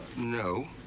no.